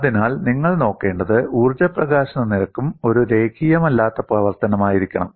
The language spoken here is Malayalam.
അതിനാൽ നിങ്ങൾ നോക്കേണ്ടത് ഊർജ്ജ പ്രകാശന നിരക്കും ഒരു രേഖീയമല്ലാത്ത പ്രവർത്തനമായിരിക്കണം